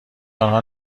آنها